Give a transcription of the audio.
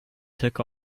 took